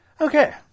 Okay